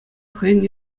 хӑйӗн